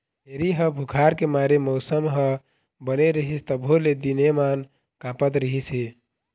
छेरी ह बुखार के मारे मउसम ह बने रहिस तभो ले दिनेमान काँपत रिहिस हे